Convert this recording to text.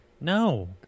No